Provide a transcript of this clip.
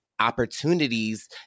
opportunities